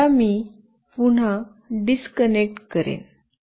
आता मी पुन्हा डिस्कनेक्ट करेन